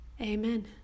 Amen